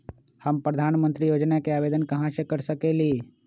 हम प्रधानमंत्री योजना के आवेदन कहा से कर सकेली?